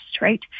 right